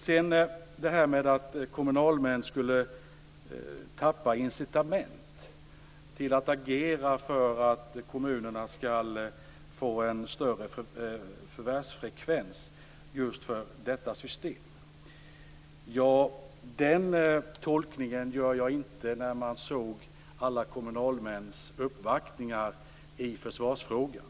Sedan var det frågan om att kommunalmän skulle sakna incitament till att agera för en högre förvärvsfrekvens. Den tolkningen gör jag inte efter att ha sett uppvaktningar från kommunalmän i försvarsfrågan.